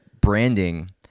branding